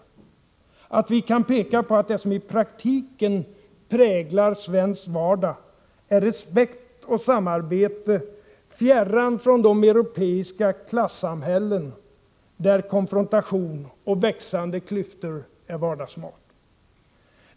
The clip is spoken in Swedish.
O Att vi kan peka på att det som i praktiken präglar svensk vardag är respekt och samarbete, fjärran från de europeiska klassamhällen där konfrontation och växande klyftor är vardagsmat.